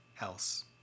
else